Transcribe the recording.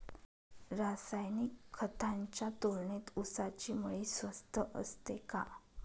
रासायनिक खतांच्या तुलनेत ऊसाची मळी स्वस्त असते का?